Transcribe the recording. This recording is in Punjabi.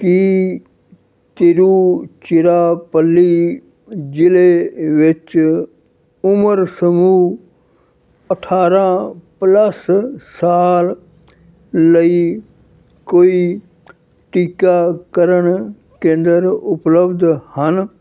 ਕੀ ਤਿਰੁਚਿਰਾਪੱਲੀ ਜ਼ਿਲ੍ਹੇ ਵਿੱਚ ਉਮਰ ਸਮੂਹ ਅਠਾਰ੍ਹਾਂ ਪਲੱਸ ਸਾਲ ਲਈ ਕੋਈ ਟੀਕਾਕਰਨ ਕੇਂਦਰ ਉਪਲੱਬਧ ਹਨ